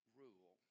rule